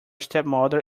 stepmother